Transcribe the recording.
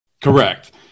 correct